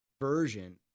version